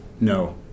No